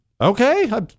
okay